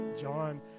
John